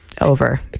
over